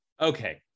Okay